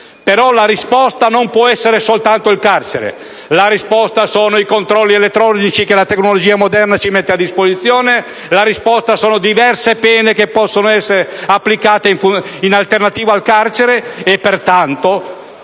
- ma la risposta non può essere soltanto il carcere. La risposta sono i controlli elettronici che la tecnologia moderna mette a disposizione e le diverse pene che possono essere applicate in alternativa al carcere. Pertanto,